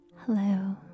Hello